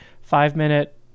five-minute